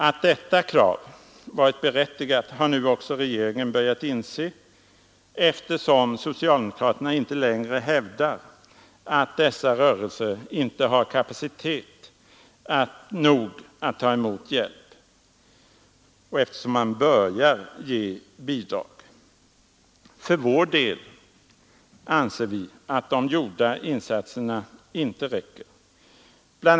Att detta krav varit berättigat har nu också regeringen börjat inse, eftersom socialdemokraterna inte längre hävdar att dessa rörelser inte har kapacitet nog att ta emot hjälp och eftersom man börjar ge bidrag. För vår del anser vi att de gjorda insatserna inte räcker. Bl.